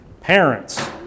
Parents